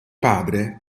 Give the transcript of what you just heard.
padre